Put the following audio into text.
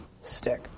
stick